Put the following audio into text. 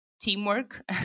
teamwork